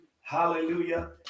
Hallelujah